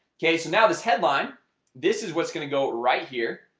okay? so now this headline this is what's going to go right here.